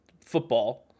football